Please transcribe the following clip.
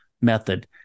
method